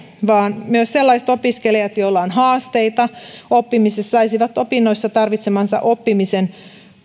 vaan myös sellaiset opiskelijat joilla on haasteita oppimisessa saisivat opinnoissa tarvitsemansa oppimisen